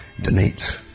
donate